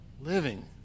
living